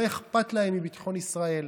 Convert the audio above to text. לא אכפת להם מביטחון ישראל,